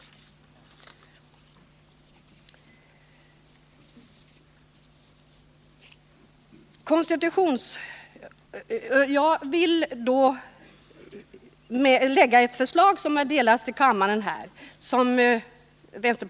Med hänvisning till vad som anförts vill jag framlägga ett förslag, som just nu delas ut till kammarens ledamöter.